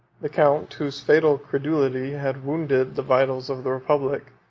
the count, whose fatal credulity had wounded the vitals of the republic,